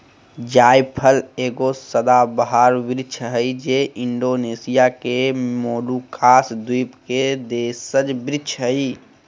जायफल एगो सदाबहार वृक्ष हइ जे इण्डोनेशिया के मोलुकास द्वीप के देशज वृक्ष हइ